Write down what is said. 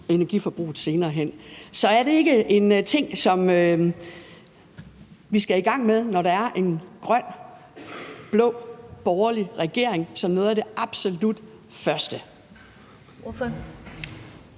energiforbruget senere hen. Så er det ikke en ting, som vi skal i gang med – når der kommer en grøn-blå, borgerlig regering – som noget af det absolut første?